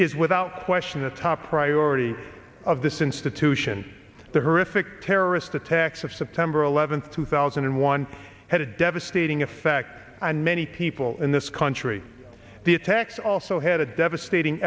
is without question the top priority of this institution the horrific terrorist attacks of september eleventh two thousand and one had a devastating effect on many people in this country the attacks also had a devastating